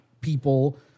people